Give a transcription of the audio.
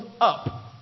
up